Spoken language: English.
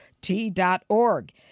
T.org